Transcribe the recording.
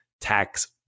tax